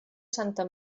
santa